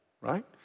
right